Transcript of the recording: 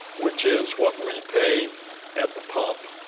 which is what we pay at the pump,